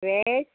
veg